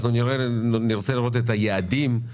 נרצה לראות את היעדים,